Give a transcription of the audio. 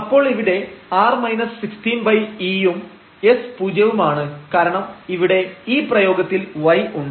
അപ്പോൾ ഇവിടെ r 16e ഉം s പൂജ്യവുമാണ് കാരണം ഇവിടെ ഈ പ്രയോഗത്തിൽ y ഉണ്ട്